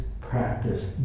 practice